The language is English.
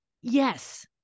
Yes